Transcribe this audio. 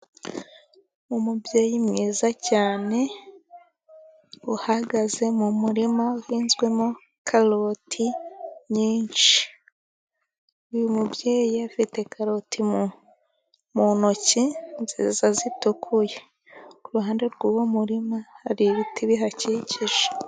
Umubyeyi mwiza cyane, uhagaze mu murima uhinzwemo karoti nyinshi. Uyu mubyeyi afite karoti mu ntoki, nziza, zitukuye. Ku kuruhande rw'uwo murima hari ibiti bihakikije.